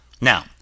Now